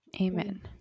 Amen